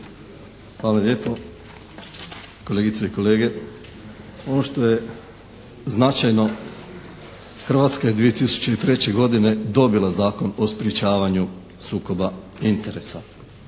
Hvala lijepo. Kolegice i kolege ono što je značajno Hrvatska je 2003. godine dobila Zakon o sprječavanju sukoba interesa.